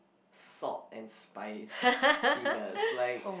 salt and spiciness like